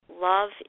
love